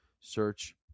Search